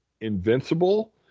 Invincible